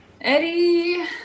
Eddie